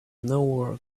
nowhere